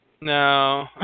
No